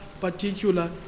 particular